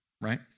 right